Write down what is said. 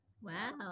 Wow